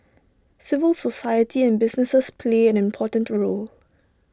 civil society and businesses play an important role